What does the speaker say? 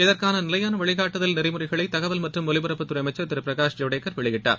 இதற்கான நிலையாள வழிகாட்டுதல் நெறிமுறைகளை தகவல் மற்றும் ஒலிபரப்புத்துறை அமைச்சர் திரு பிரகாஷ் ஜவடேகர் வெளியிட்டார்